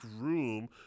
room